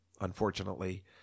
unfortunately